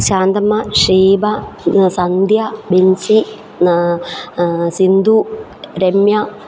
Shanthamma Sheeba Sandhya Binsi Sindhu Ramya